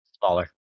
Smaller